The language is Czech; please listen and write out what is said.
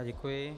Děkuji.